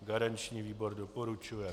Garanční výbor doporučuje.